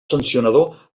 sancionador